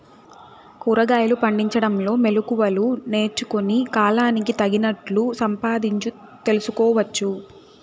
కూరగాయలు పండించడంలో మెళకువలు నేర్చుకుని, కాలానికి తగినట్లు సంపాదించు తెలుసుకోవచ్చు